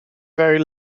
very